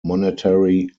monetary